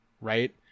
Right